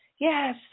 Yes